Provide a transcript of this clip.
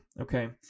okay